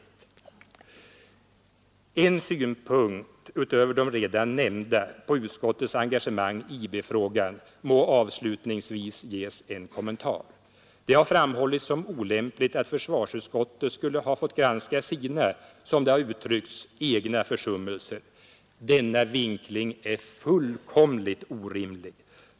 En synpunkt på utskottets engagemang i IB-frågan, utöver de redan nämnda, må avslutningsvis ges en kommentar. Det har framhållits som olämpligt att försvarsutskottet skulle ha fått granska sina egna försummelser — som det har uttryckts. Denna vinkling är fullkomligt orimlig.